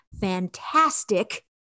Fantastic